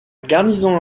garnison